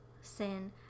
sin